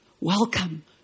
Welcome